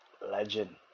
legend